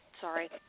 Sorry